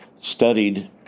studied